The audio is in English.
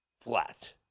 flat